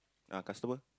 ah customer